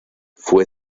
fue